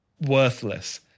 worthless